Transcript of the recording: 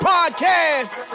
Podcast